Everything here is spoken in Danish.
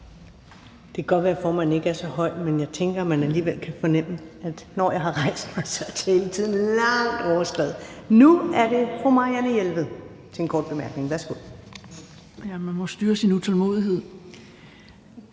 Det kan godt være, at formanden ikke er så høj, men jeg tænker, at man alligevel kan fornemme, at når jeg har rejst mig, er taletiden langt overskredet. Nu er det fru Marianne Jelved til en kort bemærkning. Værsgo. Kl. 17:23 Marianne Jelved